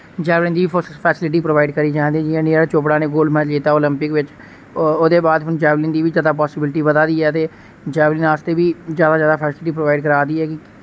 javelin दी बी facility provide करी जा दे जि'यां नीरज चोपरा नै गोल्ड मैडल जित्ता ओलिंपिक बिच ओ ओह्दे बाद हुन जैवलिन दी बी ज्यादा पासिबिलटी बधा दी ऐ ते जैवलिन आस्तै बी ज्यादा ज्यादा फैसिलिटी प्रोवाइड करा दी ऐ कि